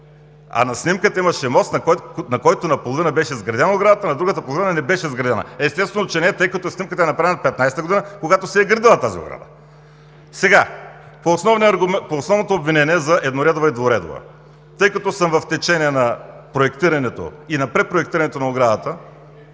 А на снимката имаше мост, на който наполовина беше изградена оградата, на другата половина не беше изградена. Естествено, че не е, тъй като снимката е направена 2015 г., когато се е градила тази ограда. Сега, по основното обвинение за едноредова и двуредова: тъй като съм в течение на проектирането и на препроектирането на оградата